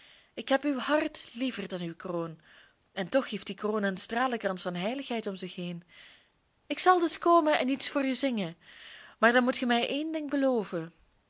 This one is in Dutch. ik heb uw hart liever dan uw kroon en toch heeft die kroon een stralenkrans van heiligheid om zich heen ik zal dus komen en iets voor u zingen maar dan moet ge mij één ding beloven